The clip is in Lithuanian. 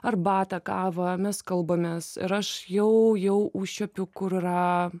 arbatą kavą mes kalbamės ir aš jau jau užčiuopiu kur yra